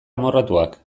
amorratuak